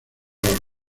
los